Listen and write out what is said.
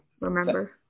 remember